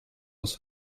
was